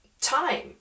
time